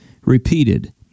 repeated